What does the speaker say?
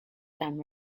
some